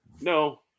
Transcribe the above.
No